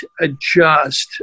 adjust